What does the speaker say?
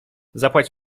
zapłać